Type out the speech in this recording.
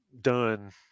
done